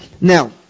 Now